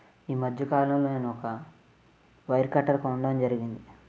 ఈ మధ్యకాలంలో నేను ఒక వైర్ కట్టర్ కొనడం జరిగింది